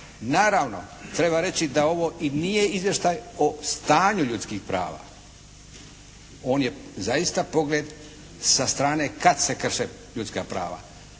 Naravno treba reći da ovo i nije izvještaj o stanju ljudskih prava. on je zaista pogled sa strane kad se krše ljudska prava.